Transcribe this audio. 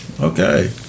Okay